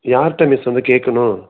யார்ட்ட மிஸ் வந்து கேட்கணும்